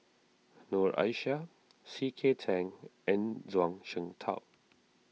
Noor Aishah C K Tang and Zhuang Shengtao